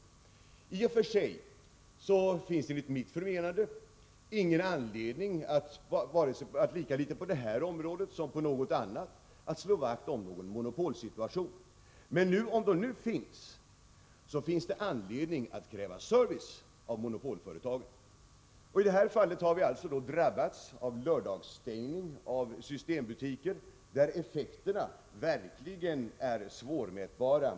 Enligt mitt förmenande finns det i och för sig ingen anledning, lika litet på det här området som på något annat, att slå vakt om en monopolsituation. Men om den nu finns, har vi anledning att kräva service av monopolföretagen. Vi har drabbats av lördagsstängning av systembutiker där effekterna verkligen är svårmätbara.